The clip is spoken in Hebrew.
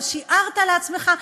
לא שיערת לעצמך,